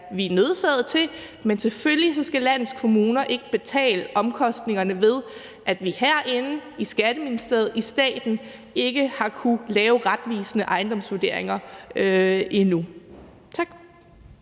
at landets kommuner selvfølgelig ikke skal betale omkostningerne ved, at vi herinde, i Skatteministeriet, i staten endnu ikke har kunnet lave retvisende ejendomsvurderinger. Tak.